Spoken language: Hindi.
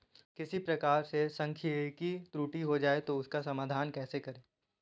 किसी प्रकार से सांख्यिकी त्रुटि हो जाए तो उसका समाधान कैसे करें?